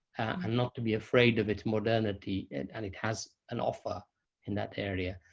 and not to be afraid of its modernity, and and it has an offer in that area.